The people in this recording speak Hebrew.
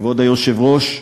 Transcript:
כבוד היושב-ראש החדש,